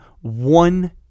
one